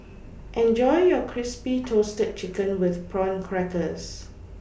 Enjoy your Crispy toasted Chicken with Prawn Crackers